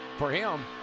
for him.